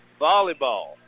Volleyball